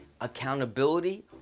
accountability